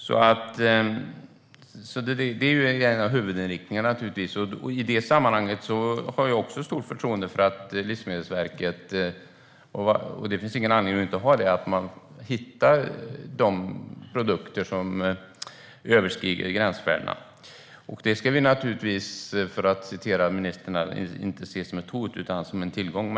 Det är en av huvudinriktningarna. Jag har stort förtroende för att Livsmedelsverket hittar de produkter där gränsvärdena överstigs, och det ska vi, precis som ministern sa, inte se som ett hot utan som en tillgång.